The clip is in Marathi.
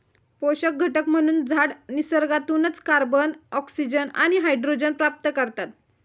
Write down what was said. पोषक घटक म्हणून झाडं निसर्गातूनच कार्बन, ऑक्सिजन आणि हायड्रोजन प्राप्त करतात